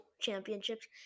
championships